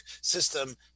system